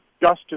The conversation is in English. justice